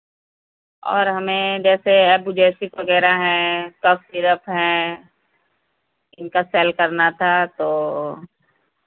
और हमें जैसे एबुजैसिक वग़ैरह है कफ सीरप हैं उनका सेल करना था तो